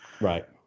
right